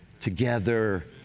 together